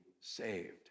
saved